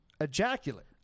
ejaculate